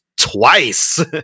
twice